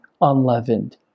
unleavened